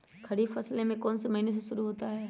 खरीफ फसल कौन में से महीने से शुरू होता है?